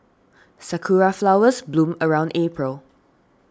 sakura flowers bloom around April